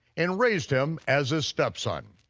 and raised him as his step-son.